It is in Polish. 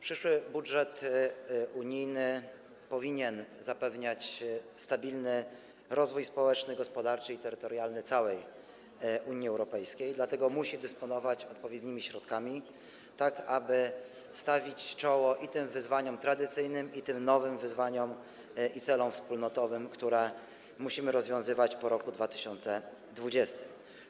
Przyszły budżet unijny powinien zapewniać stabilny rozwój społeczny, gospodarczy i terytorialny całej Unii Europejskiej, dlatego musi on dysponować odpowiednimi środkami, tak aby można było stawić czoło i tym wyzwaniom tradycyjnym, i tym nowym wyzwaniom, i celom wspólnotowym, które musimy realizować po roku 2020.